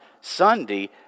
Sunday